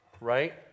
right